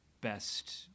best